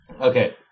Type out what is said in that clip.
Okay